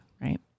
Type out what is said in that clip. Right